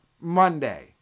Monday